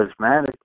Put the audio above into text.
Charismatic